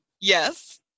yes